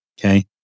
Okay